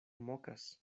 mokas